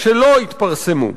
שלא התפרסמו: